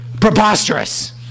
preposterous